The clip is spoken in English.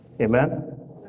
Amen